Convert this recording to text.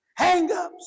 hangups